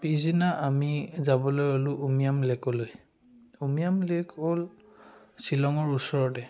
পিছদিনা আমি যাবলৈ ল'লোঁ উমিয়াম লেকলৈ উমিয়াম লে'ক হ'ল শ্বিলঙৰ ওচৰতে